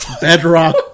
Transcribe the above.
bedrock